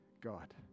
God